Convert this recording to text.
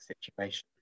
situation